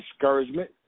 discouragement